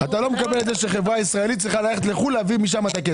אתה לא מקבל את זה שחברה ישראלית צריכה ללכת לחו"ל להביא כסף.